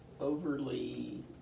overly